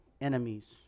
enemies